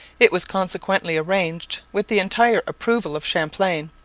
it was consequently arranged, with the entire approval of champlain,